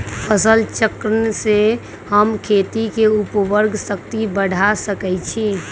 फसल चक्रण से हम खेत के उर्वरक शक्ति बढ़ा सकैछि?